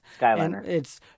Skyliner